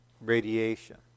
radiation